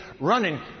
running